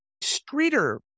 streeter